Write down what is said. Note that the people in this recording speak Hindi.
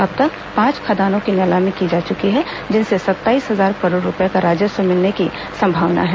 अब तक पांच खदानों की नीलामी की जा चुकी है जिनसे सत्ताईस हजार करोड़ रूपए का राजस्व मिलने की संभावना है